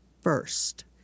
first